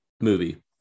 movie